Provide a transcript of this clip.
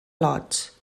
lots